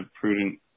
prudent